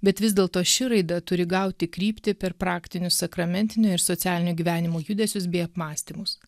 bet vis dėlto ši raida turi gauti kryptį per praktinius sakramentinio ir socialinio gyvenimo judesius bei apmąstymus